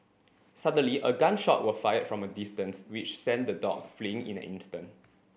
suddenly a gun shot were fired from a distance which sent the dogs fleeing in an instant